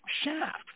shaft